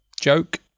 joke